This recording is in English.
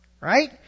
right